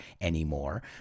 anymore